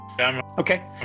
Okay